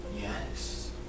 yes